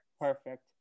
perfect